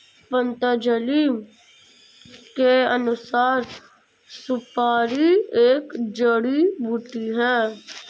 पतंजलि के अनुसार, सुपारी एक जड़ी बूटी है